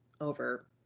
over